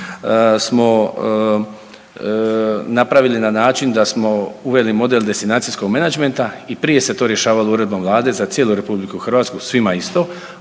smo napravili na način da smo uveli model destinacijskog menadžmenta i prije se to rješavalo uredbom vlade za cijelu RH svima isto,